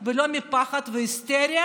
על פי שיקול דעת ולא מפחד והיסטריה